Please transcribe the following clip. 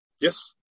Yes